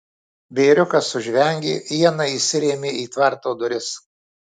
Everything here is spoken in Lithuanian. bėriukas sužvengė iena įsirėmė į tvarto duris